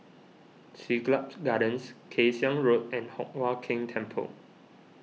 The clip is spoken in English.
Siglap Gardens Kay Siang Road and Hock Huat Keng Temple